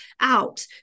out